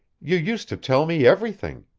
you used to tell me everything.